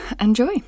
enjoy